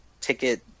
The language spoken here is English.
ticket